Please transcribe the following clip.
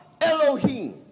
Elohim